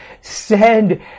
send